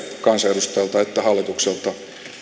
kansanedustajilta että hallitukselta